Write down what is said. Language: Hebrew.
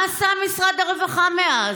מה עשה משרד הרווחה מאז?